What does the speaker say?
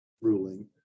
ruling